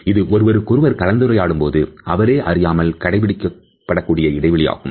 இது ஒருவருக்கொருவர் கலந்துரையாடும் போது அவரே அறியாமல்கடைபிடிக்கப்படும் இடைவெளியாகும்